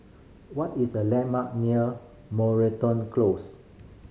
what is the landmark near Moreton Close